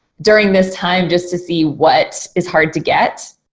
during this time, just to see what is hard to get.